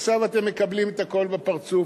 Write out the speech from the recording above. עכשיו אתם מקבלים את הכול בפרצוף,